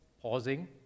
pausing